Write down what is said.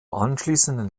anschließenden